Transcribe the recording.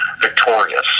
victorious